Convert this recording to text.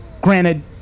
Granted